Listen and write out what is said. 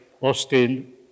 Austin